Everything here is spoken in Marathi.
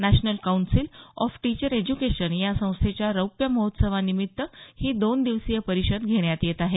national council of teacher education या संस्थेच्या रौप्यमहोत्सवा निमित्त ही दोन दिवसीय परिषद घेण्यात येत आहे